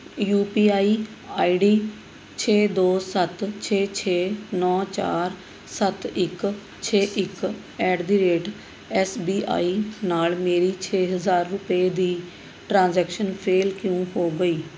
you P I I D ਛੇ ਦੋ ਸੱਤ ਛੇ ਛੇ ਨੌਂ ਚਾਰ ਸੱਤ ਇੱਕ ਛੇ ਇੱਕ at the rate S B I ਨਾਲ ਮੇਰੀ ਛੇ ਹਜ਼ਾਰ ਰੁਪਏ ਦੀ ਟ੍ਰਾਂਜੈਕਸ਼ਨ ਫੇਲ੍ਹ ਕਿਉਂ ਹੋ ਗਈ